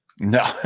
No